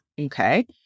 Okay